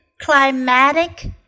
climatic